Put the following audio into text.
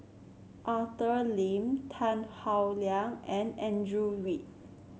Arthur Lim Tan Howe Liang and Andrew Yip